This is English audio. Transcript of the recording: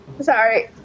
Sorry